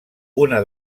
una